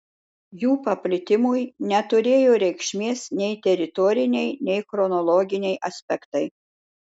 jų paplitimui neturėjo reikšmės nei teritoriniai nei chronologiniai aspektai